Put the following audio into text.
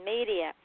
Media